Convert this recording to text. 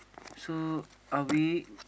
so are we